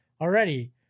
already